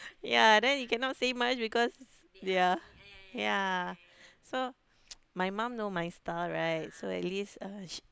ya then you cannot say much because ya ya so my mum know my style right so at least uh she